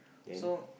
so